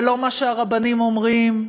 ולא מה שהרבנים אומרים,